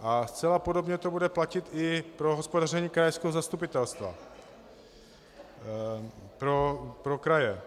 A zcela podobně to bude platit i pro hospodaření krajského zastupitelstva, pro kraje.